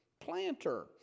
planter